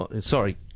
sorry